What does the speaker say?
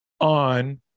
on